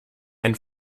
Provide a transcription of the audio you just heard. and